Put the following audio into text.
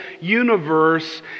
universe